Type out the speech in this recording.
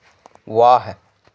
वाह